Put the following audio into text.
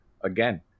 again